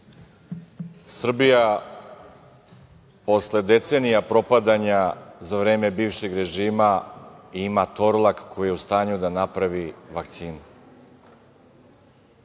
Srbija posle decenija propadanja za vreme bivšeg režima ima „Torlak“ koji je u stanju da napravi vakcinu,